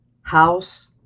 House